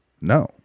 No